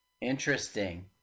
Interesting